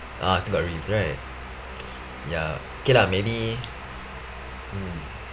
ah still got risk right ya okay lah maybe mm